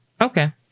okay